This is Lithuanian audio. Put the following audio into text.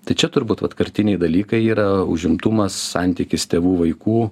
tai čia turbūt vat kertiniai dalykai yra užimtumas santykis tėvų vaikų